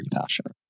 passionate